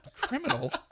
Criminal